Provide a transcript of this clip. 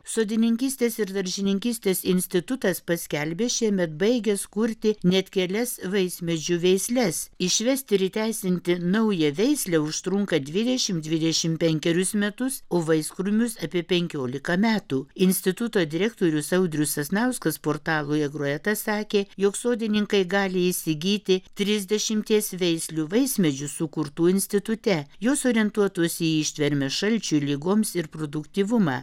sodininkystės ir daržininkystės institutas paskelbė šiemet baigęs kurti net kelias vaismedžių veisles išvesti ir įteisinti naują veislę užtrunka dvidešim dvidešim penkerius metus o vaiskrūmius apie penkiolika metų instituto direktorius audrius sasnauskas portalui agroeta sakė jog sodininkai gali įsigyti trisdešimties veislių vaismedžių sukurtų institute jos orientuotos į ištvermę šalčiui ligoms ir produktyvumą